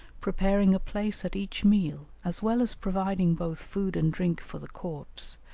preparing a place at each meal as well as providing both food and drink for the corpse,